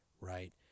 right